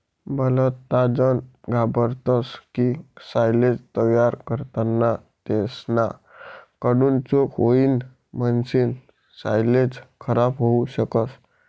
भलताजन घाबरतस की सायलेज तयार करताना तेसना कडून चूक होतीन म्हणीसन सायलेज खराब होवू शकस